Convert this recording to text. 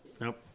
Nope